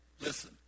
listen